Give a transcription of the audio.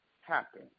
happen